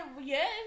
yes